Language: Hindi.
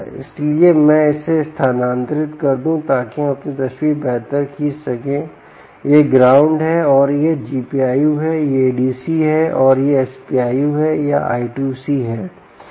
इसलिए मैं इसे स्थानांतरित कर दूं ताकि हम अपनी तस्वीर बेहतर खींच सकें यह ग्राउंड है और यह GPIO है यह ADC है और यह SPIO या I2C है